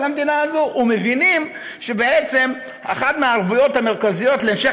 המדינה הזאת ומבינים שבעצם אחת הערבויות המרכזיות להמשך